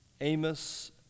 Amos